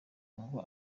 ngo